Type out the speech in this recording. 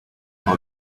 how